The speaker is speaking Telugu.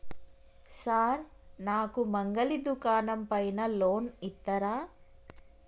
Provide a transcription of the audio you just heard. సార్ నాకు మంగలి దుకాణం పైన లోన్ ఇత్తరా?